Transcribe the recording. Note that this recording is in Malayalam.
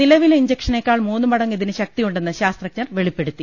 നിലവിലെ ഇൻജക്ഷനേക്കാൾ മൂന്നുമടങ്ങ് ഇതിന് ശക്തിയുണ്ടെന്ന് ശാസ്ത്രജ്ഞർ വെളിപ്പെടുത്തി